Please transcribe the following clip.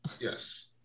Yes